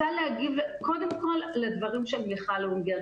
אני רוצה להגיב קודם כל לדברים של מיכל אונגר.